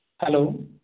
hello